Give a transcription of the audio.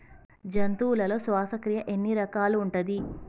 జంతువులలో శ్వాసక్రియ ఎన్ని రకాలు ఉంటది?